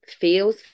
feels